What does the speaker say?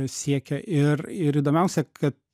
siekia ir ir įdomiausia kad